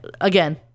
again